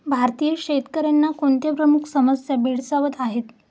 भारतीय शेतकऱ्यांना कोणत्या प्रमुख समस्या भेडसावत आहेत?